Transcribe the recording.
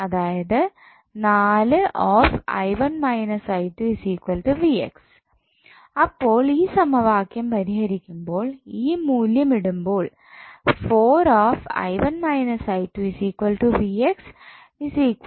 അതായത് അപ്പോൾ ഈ സമവാക്യം പരിഹരിക്കുമ്പോൾ ഈ മൂല്യം ഇടുമ്പോൾ ഇപ്പോൾ